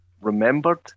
remembered